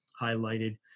highlighted